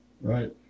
Right